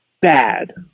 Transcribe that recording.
bad